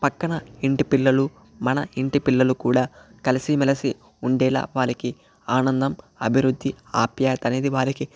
పక్కన ఇంటి పిల్లలు మన ఇంటి పిల్లలు కూడా కలసిమెలసి ఉండేలా వారికి ఆనందం అభివృద్ధి ఆప్యాయత అనేది వారికి